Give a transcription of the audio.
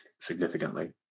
significantly